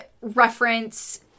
reference